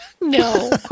No